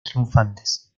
triunfantes